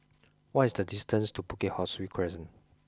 what is the distance to Bukit Ho Swee Crescent